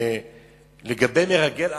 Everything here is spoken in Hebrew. לגבי מרגל אחר,